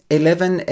eleven